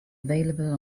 available